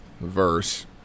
verse